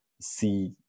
see